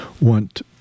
want